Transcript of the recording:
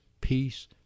peace